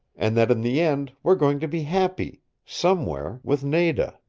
and that in the end we're going to be happy somewhere with nada.